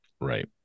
right